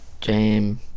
jam